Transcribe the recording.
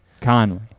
Conway